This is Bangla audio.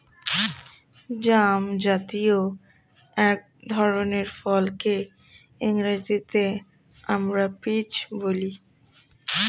জামজাতীয় এক ধরনের ফলকে ইংরেজিতে আমরা পিচ বলি